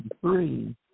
three